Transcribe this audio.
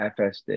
FSD